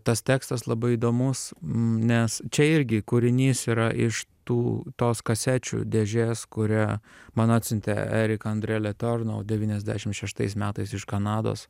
tas tekstas labai įdomus nes čia irgi kūrinys yra iš tų tos kasečių dėžės kurią man atsiuntė eric andre letourneau devyniasdešim šeštais metais iš kanados